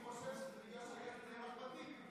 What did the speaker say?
אני חושב שזה בגלל שהגשת עם אחמד טיבי.